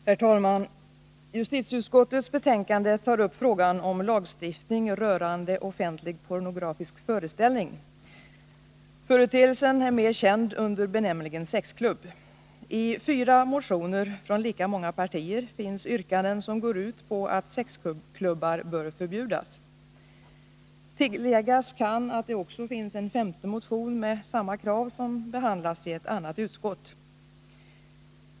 Herr talman! Justitieutskottets betänkande tar upp frågan om lagstiftning rörande offentlig pornografisk föreställning. Företeelsen är mer känd under benämningen sexklubb. I fyra motioner från lika många partier finns yrkanden som går ut på att sexklubbar bör förbjudas. Tilläggas kan att det också finns en femte motion med samma krav, som behandlas i ett annat utskott.